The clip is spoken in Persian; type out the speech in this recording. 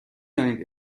دانید